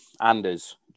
Anders